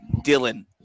Dylan